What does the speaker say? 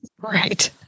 Right